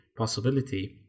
possibility